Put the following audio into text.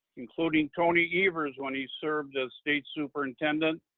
including tony evers, when he served as state superintendent,